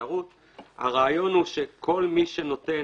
הרעיון הוא שכל מי שנותן